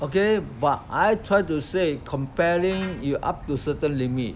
okay but I try to say comparing you up to certain limit